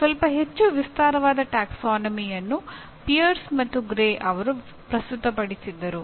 ಸ್ವಲ್ಪ ಹೆಚ್ಚು ವಿಸ್ತಾರವಾದ ಪ್ರವರ್ಗವನ್ನು ಪಿಯರ್ಸ್ ಮತ್ತು ಗ್ರೇ ಅವರು ಪ್ರಸ್ತುತಪಡಿಸಿದರು